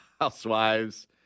Housewives